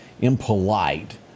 impolite